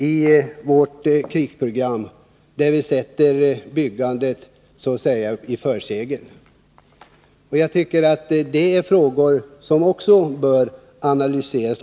I vårt krisprogram sätter vi byggandet i förgrunden. Jag tycker att detta är en fråga som också bör analyseras.